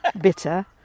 bitter